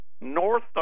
North